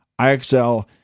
IXL